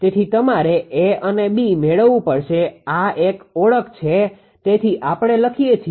તેથી તમારે A અને B મેળવવું પડશે આ એક ઓળખ છે તેથી આપણે લખી શકીએ